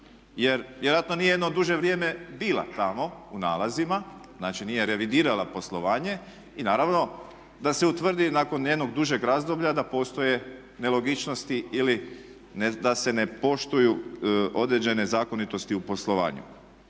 jer vjerojatno nije jedno duže vrijeme bila tamo u nalazima, znači nije revidirala poslovanje. I naravno da se utvrdi nakon jednog dužeg razdoblja da postoje nelogičnosti ili da se ne poštuju određene zakonitosti u poslovanju.